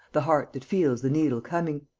the heart that feels the needle coming.